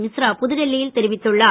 மிஸ்ரா புதுடெல்லியில் தெரிவித்துள்ளார்